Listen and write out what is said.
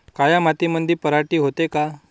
काळ्या मातीमंदी पराटी होते का?